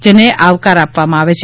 જેને આવકારવામાં આવે છે